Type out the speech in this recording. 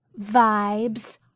vibes